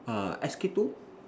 uh S K two